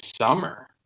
summer